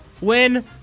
win